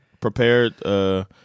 prepared